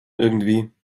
irgendwie